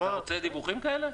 אתה רוצה את הדיווחים האלה?